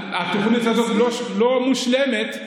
התוכנית הזאת לא מושלמת,